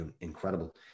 incredible